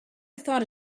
thought